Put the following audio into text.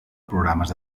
programes